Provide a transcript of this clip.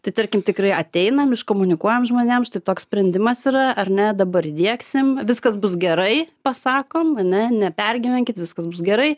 tai tarkim tikrai ateinam iškomunikuojam žmonėm štai toks sprendimas yra ar ne dabar įdiegsim viskas bus gerai pasakom ane nepergyvenkit viskas bus gerai